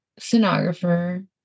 sonographer